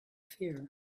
fear